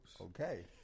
Okay